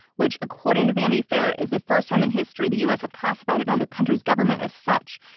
which according to vanity fair is the first time in history the us have classified another country's government as such.